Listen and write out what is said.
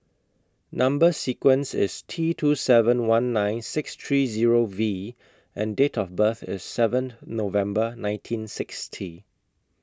Number sequence IS T two seven one nine six three Zero V and Date of birth IS seven November nineteen sixty